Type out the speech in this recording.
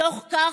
בתוך כך,